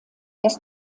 das